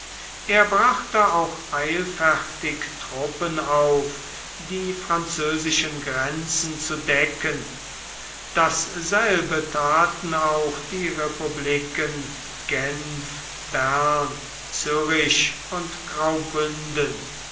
er brachte auch eilfertig truppen auf die französischen grenzen zu decken dasselbe thaten auch die republiken genf bern zürich und graubündten